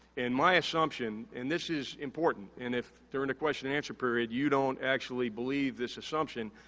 and, my assumption, and this is important, and if during the question and answer period, you don't actually believe this assumption,